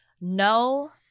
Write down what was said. No